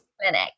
clinic